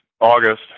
August